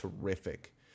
terrific